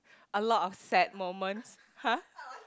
a lot of sad moments !huh!